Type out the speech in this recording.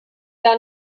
gar